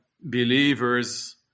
believers